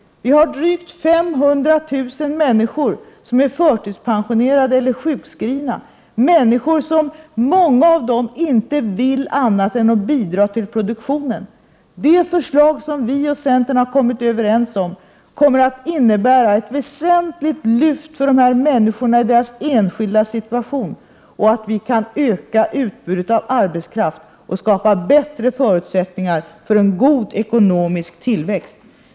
Vi har drygt 500 000 förtidspensionerade arbetsskadade och långtidssjukskrivna. Många av dessa människor vill inte någonting hellre än att bidra till produktionen. De förslag som socialdemokraterna och centern kommit överens om innebär ett väsentligt lyft för dessa människor i deras personliga situation och bidrar till att öka utbudet av arbetskraft och till att skapa bättre förutsättningar för en god ekonomisk tillväxt.